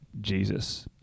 Jesus